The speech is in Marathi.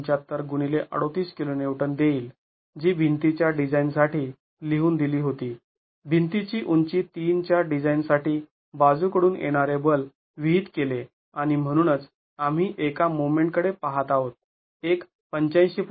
७५ x ३८ kN देईल जी भिंतीच्या डिझाईन साठी लिहून दिली होती भिंतीची उंची ३ च्या डिझाईन साठी बाजू कडून येणारे बल विहित केले आणि म्हणूनच आम्ही एका मोमेंट कडे पहात आहोत एक ८५